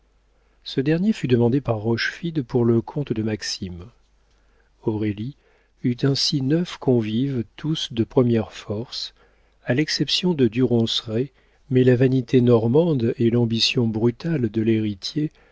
ce dernier fut demandé par rochefide pour le compte de maxime aurélie eut ainsi neuf convives tous de première force à l'exception de du ronceret mais la vanité normande et l'ambition brutale de l'héritier